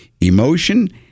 emotion